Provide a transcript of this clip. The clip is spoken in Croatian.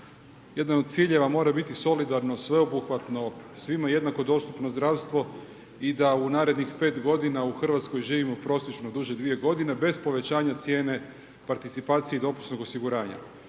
jedan od ciljeva mora biti solidarno, sveobuhvatno, svima jednako dostupno zdravstvo, i da u narednih 5 g. u Hrvatskoj živimo prosječno duže 2 g. bez povećanja cijene participacije i dopusnog osiguranja.